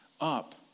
up